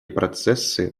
процессы